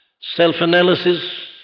self-analysis